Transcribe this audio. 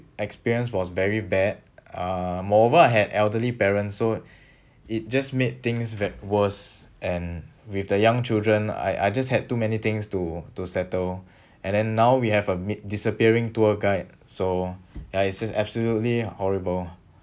experience was very bad uh moreover I had elderly parents so it just made things ve~ worse and with the young children I I just had too many things to to settle and then now we have a mid~ disappearing tour guide so ya it's just absolutely horrible